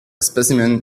specimen